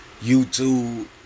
YouTube